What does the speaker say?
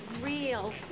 Real